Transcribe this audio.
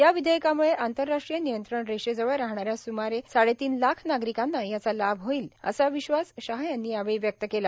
या विधेयकामुळे आंतरराष्ट्रीय नियंत्रण रेषेजवळ राहणाऱ्या स्मारे साडेतीन लाख नागरिकांना याचा लाभ होईल असा विश्वास शहा यांनी व्यक्त केला